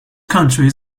countries